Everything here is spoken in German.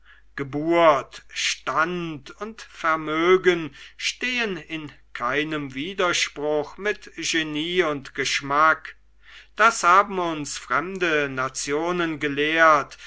geburt stand und vermögen stehen in keinem widerspruch mit genie und geschmack das haben uns fremde nationen gelehrt